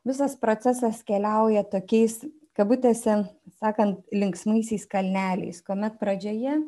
visas procesas keliauja tokiais kabutėse sakant linksmaisiais kalneliais kuomet pradžioje